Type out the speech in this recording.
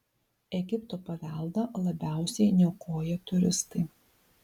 egipto paveldą labiausiai niokoja turistai